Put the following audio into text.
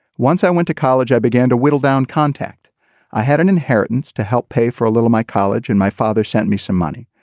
once i went to college i began to whittle down contact i had an inheritance to help pay for a little my college and my father sent me some money.